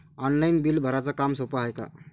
Online bill भराच काम सोपं हाय का?